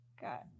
got